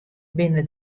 binne